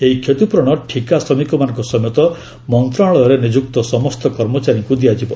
ଏହି କ୍ଷତିପ୍ରରଣ ଠିକା ଶ୍ରମିକମାନଙ୍କ ସମେତ ମନ୍ତ୍ରଣାଳୟରେ ନିଯୁକ୍ତ ସମସ୍ତ କର୍ମଚାରୀଙ୍କୁ ଦିଆଯିବ